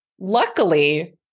Luckily